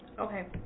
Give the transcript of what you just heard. Okay